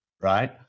right